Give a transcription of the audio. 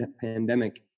pandemic